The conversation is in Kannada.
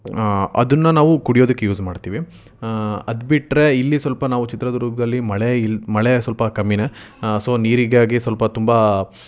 ಅದನ್ನ ನಾವು ಕುಡಿಯೋದಕ್ಕೆ ಯೂಸ್ ಮಾಡ್ತೀವಿ ಅದು ಬಿಟ್ಟರೆ ಇಲ್ಲಿ ಸ್ವಲ್ಪ ನಾವು ಚಿತ್ರದುರ್ಗದಲ್ಲಿ ಮಳೆ ಇಲ್ಲ ಮಳೆ ಸ್ವಲ್ಪ ಕಮ್ಮಿನೇ ಸೊ ನೀರಿಗಾಗಿ ಸ್ವಲ್ಪ ತುಂಬ